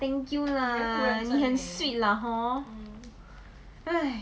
thank you lah 你很 sweet lah hor !hais!